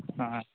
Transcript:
ಹಾಂ